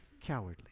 cowardly